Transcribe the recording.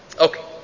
Okay